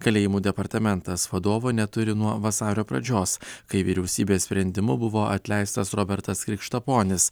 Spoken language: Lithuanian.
kalėjimų departamentas vadovo neturi nuo vasario pradžios kai vyriausybės sprendimu buvo atleistas robertas krikštaponis